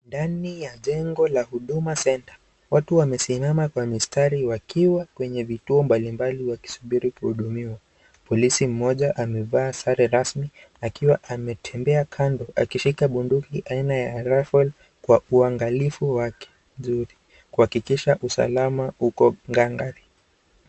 Ndani ya jengo la huduma centre watu wamesimama kwa mistari wakiwa kwenye vituo mbalimbali wakisubiri kuhudumiwa. Polisi mmoja amevaa sare rasmi akiwa ametembea kando akishika bunduki ain aya riffle kwa uangalifu wake mzuri kuhakikisha usalama uko ngangari.